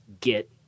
get